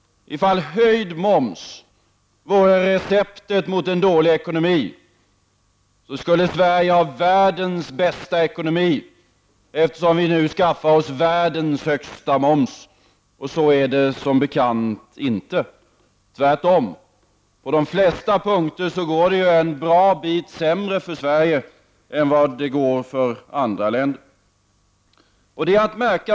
Ifall höjd moms vore receptet mot en dålig ekonomi skulle Sverige ha världens bästa ekonomi, eftersom vi nu har skaffat oss världens högsta moms. Och så är det som bekant inte. Tvärtom. På de flesta punkter går det ju en bra bit sämre för Sverige än för andra länder.